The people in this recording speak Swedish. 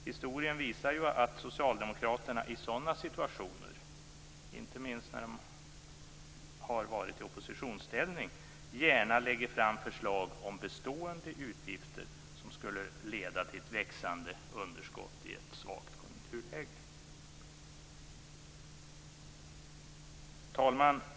Historien visar ju att socialdemokraterna i sådana situationer, inte minst när de har varit i oppositionsställning, gärna lägger fram förslag om bestående utgifter som skulle leda till ett växande underskott i ett svagt konjunkturläge. Herr talman!